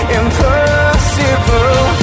impossible